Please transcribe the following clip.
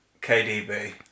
KDB